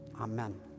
Amen